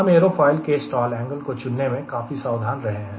हम एयरोफॉयल के stall angle को चुनने में काफी सावधान रहे हैं